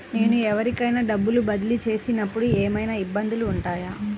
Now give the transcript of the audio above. నేను ఎవరికైనా డబ్బులు బదిలీ చేస్తునపుడు ఏమయినా ఇబ్బందులు వుంటాయా?